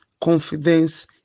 confidence